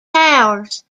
towers